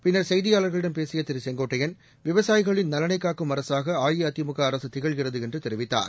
பின்னா் செய்தியாளா்களிடம் பேசிய திரு செங்கோட்டையன் விவசாயிகளின் நலனை காக்கும் அரசாக அஇஅதிமுக அரசு திகழ்கிறது என்று தெரிவித்தார்